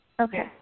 Okay